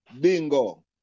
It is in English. Bingo